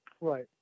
Right